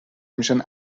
میشن